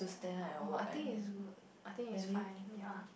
orh I think it's good I think it's fine ya